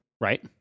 Right